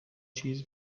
چیز